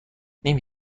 نمی